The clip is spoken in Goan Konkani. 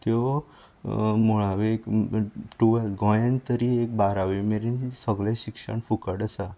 त्यो मुळावेक अम टुवेल्त गोंयात तरी एक बारावी मेरेन सगळें शिक्षण फुकट आसा